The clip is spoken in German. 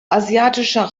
asiatischer